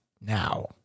now